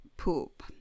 Poop